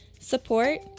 support